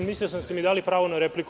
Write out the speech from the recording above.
Mislio sam da ste mi dali pravo na repliku.